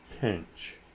pinch